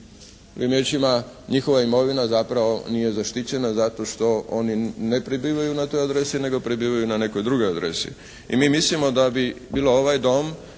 riječima njihova imovina zapravo nije zaštićena zato što oni ne prebivaju na toj adresi nego prebivaju na nekoj drugoj adresi i mi mislimo da bi bilo ovaj Dom,